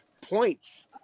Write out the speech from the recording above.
points